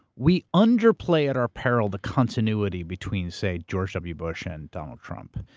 we underplay at our peril the continuity between, say, george w. bush and donald trump.